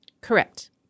Correct